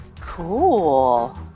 Cool